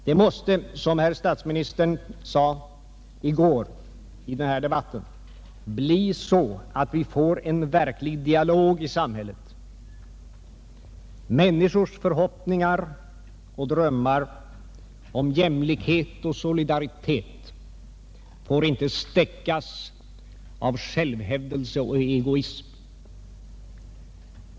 Det måste, som herr statsministern sade i debatten i går, bli så, att vi får en verklig dialog i samhället. Människors förhoppningar och drömmar om jämlikhet och solidaritet får inte stäckas av självhävdelse och egoism.